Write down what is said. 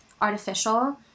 artificial